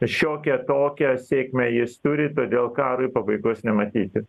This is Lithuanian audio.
šiokią tokią sėkmę jis turi todėl karui pabaigos nematyti